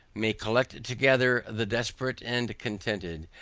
may collect together the desperate and discontented,